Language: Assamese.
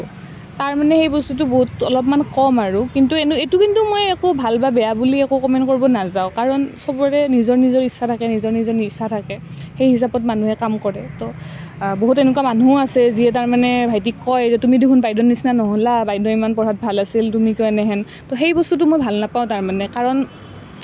তাৰ মানে সেই বস্তুটো বহুত অলপমান কম আৰু কিন্তু এনু এইটো কিন্তু মই একো ভাল বা বেয়া বুলি একো কমেণ্ট কৰিব নাযাওঁ কাৰণ চবৰে নিজৰ নিজৰ ইচ্ছা থাকে নিজৰ নিজৰ নিচা থাকে সেই হিচাপত মানুহে কাম কৰে তো বহু এনেকুৱা মানুহ আছে যিয়ে তাৰমানে ভাইটিক কয় যে তুমি দেখোন বাইদেউৰ নিচিনা নহ'লা বাইদেউ ইমান পঢ়াত ভাল আছিল তুমি কিয় এনেহেন তো সেই বস্তুটো মই ভাল নাপাওঁ তাৰমানে কাৰণ